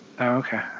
Okay